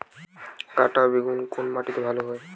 কাঁটা বেগুন কোন মাটিতে ভালো হয়?